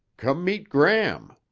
come meet gram.